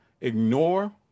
ignore